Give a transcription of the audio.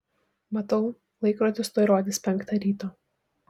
matau laikrodis tuoj rodys penktą ryto